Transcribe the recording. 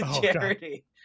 charity